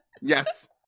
Yes